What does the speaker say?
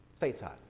stateside